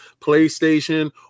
PlayStation